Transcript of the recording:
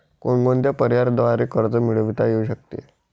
कोणकोणत्या पर्यायांद्वारे कर्ज मिळविता येऊ शकते?